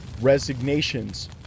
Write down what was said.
Resignations